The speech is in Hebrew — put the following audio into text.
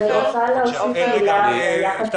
אני חייבת